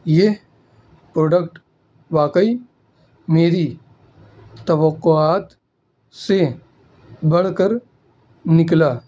یہ پروڈکٹ واقعی میری توقعات سے بڑھ کر نکلا